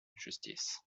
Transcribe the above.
justice